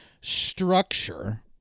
structure